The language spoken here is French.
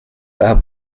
par